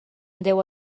déu